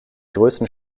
größten